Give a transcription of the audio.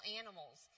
animals